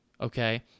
Okay